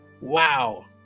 wow